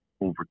over